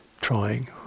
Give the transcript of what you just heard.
trying